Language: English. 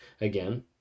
again